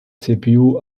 cpu